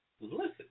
Listen